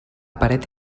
paret